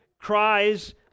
cries